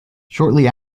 shortly